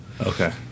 Okay